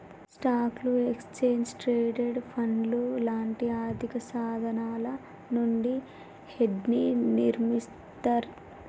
స్టాక్లు, exchange traded ఫండ్లు లాంటి ఆర్థికసాధనాల నుండి హెడ్జ్ని నిర్మిత్తర్